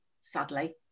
sadly